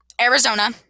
Arizona